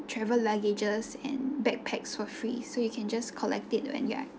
travel luggages and backpacks for free so you can just collect it when ya